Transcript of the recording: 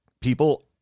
people